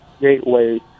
gateway